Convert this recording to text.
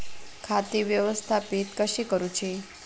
खाती व्यवस्थापित कशी करूची?